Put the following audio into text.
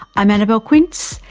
i'm annabelle quince,